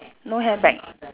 no handbag